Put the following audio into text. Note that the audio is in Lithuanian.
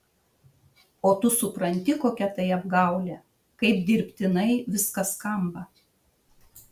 o tu supranti kokia tai apgaulė kaip dirbtinai viskas skamba